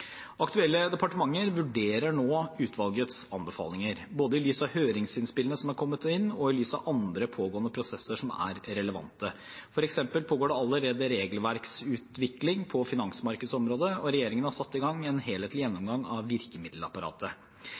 Aktuelle departementer vurderer nå utvalgets anbefalinger, både i lys av høringsinnspillene som er kommet inn, og i lys av andre pågående prosesser som er relevante. For eksempel pågår det allerede regelverksutvikling på finansmarkedsområdet, og regjeringen har satt i gang en helhetlig gjennomgang av virkemiddelapparatet.